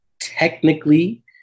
technically